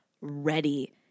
ready